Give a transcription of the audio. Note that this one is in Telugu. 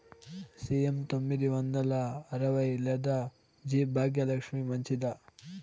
సి.ఎం తొమ్మిది వందల అరవై లేదా జి భాగ్యలక్ష్మి మంచిదా?